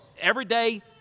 everyday